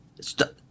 Stop